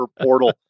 portal